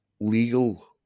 legal